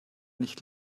nicht